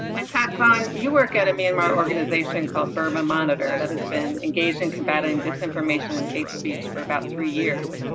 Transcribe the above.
that zon, you work at a myanmar organization called burma monitor that has been engaged in combating disinformation and hate speech for about three years.